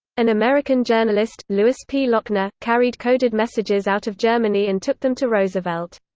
an american journalist, louis p. lochner, carried coded messages out of germany and took them to roosevelt.